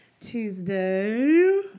Tuesday